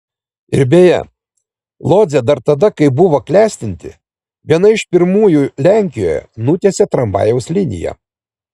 ir beje lodzė dar tada kai buvo klestinti viena iš pirmųjų lenkijoje nutiesė tramvajaus liniją